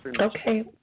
Okay